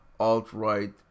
alt-right